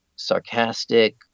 sarcastic